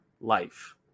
life